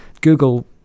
Google